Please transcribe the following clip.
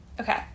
Okay